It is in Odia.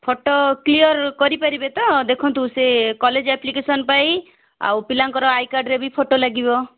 ଫୋଟ କ୍ଲିୟର୍ କରିପାରିବେ ତ ଦେଖନ୍ତୁ ସେ କଲେଜ ଆପ୍ଲିକେସନ୍ ପାଇଁ ଆଉ ପିଲାଙ୍କର ଆଇକାର୍ଡ଼ରେ ବି ଫୋଟ ଲାଗିବ